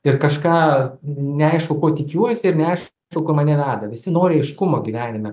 ir kažką neaišku ko tikiuosi ir neaišku kur mane veda visi nori aiškumo gyvenime